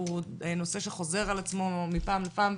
והוא נושא שחוזר על עצמו מפעם לפעם,